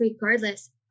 regardless